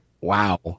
Wow